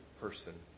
person